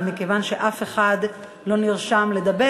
ומכיוון שאף אחד לא נרשם לדבר,